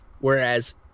whereas